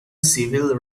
civil